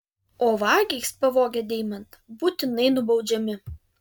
o vagys pavogę deimantą būtinai nubaudžiami